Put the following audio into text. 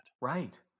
Right